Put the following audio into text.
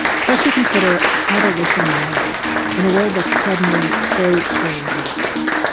plus, we consider how to listen now in a world that's suddenly so strange and different.